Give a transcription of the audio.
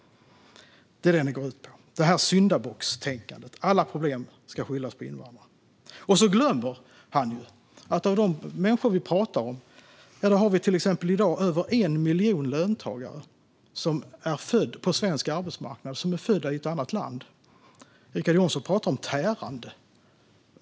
Det är detta den går ut på - syndabockstänkandet. Alla problem ska skyllas på invandrarna. Richard Jomshof glömmer att av de människor vi pratar om är det i dag över 1 miljon löntagare på svensk arbetsmarknad som är födda i andra länder. Richard Jomshof talar om tärande.